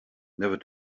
never